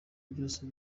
byose